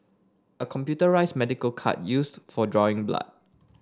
a computerised medical cart used for drawing blood